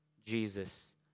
Jesus